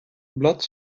blad